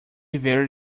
very